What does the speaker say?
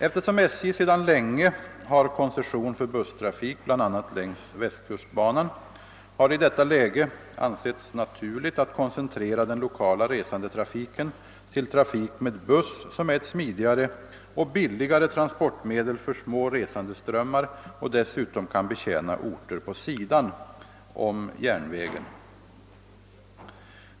Eftersom SJ sedan länge har koncession för busstrafik bl.a. längs västkustbanan, har det i detta läge ansetts naturligt att koncentrera den lokala resandetrafiken till trafik med buss, som är ett smidigare och billigare transportmedel för små resandeströmmar och dessutom kan betjäna orter på sidan om järnvägen.